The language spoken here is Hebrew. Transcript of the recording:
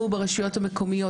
אנחנו ברשויות המקומיות,